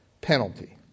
penalty